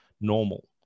normal